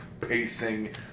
pacing